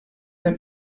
der